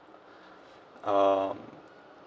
uh